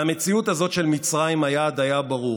מהמציאות הזאת של מצרים היעד היה ברור: